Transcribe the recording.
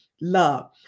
Love